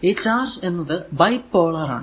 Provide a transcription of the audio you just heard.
ഈ ചാർജ് എന്നത് ബൈപോളാർ ആണ്